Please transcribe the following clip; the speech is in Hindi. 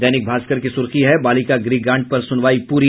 दैनिक भास्कर की सुर्खी है बालिका गृहकांड पर सुनवाई पूरी